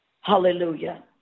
Hallelujah